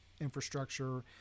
infrastructure